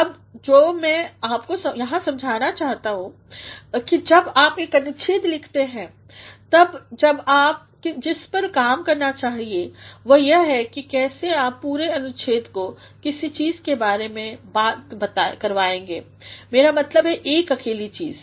अब जो मै आपको यहाँ समझाना चाहता हूँ है कि जब आप एक अनुच्छेद लिखते हैं तब आप जिस पर काम करना चाहिए वह है कि कैसे आप पूरे अनुच्छेद को किसी चीज़ के बारे में बात करवाएंगे मेरा मतलब एक अकेली चीज़